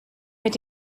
mit